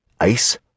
ice